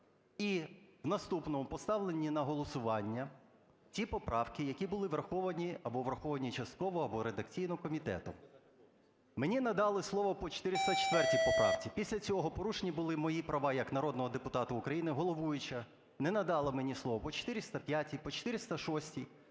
і в наступному поставлені на голосування ті поправки, які були враховані або враховані частково або редакційно комітетом. Мені надали слово по 404 поправці. Після цього порушені були мої права як народного депутата України: головуюча не надала мені слово по 405-й, по 406-й.